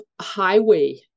highway